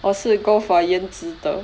我是 go for 言辞的